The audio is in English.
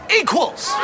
equals